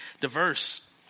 diverse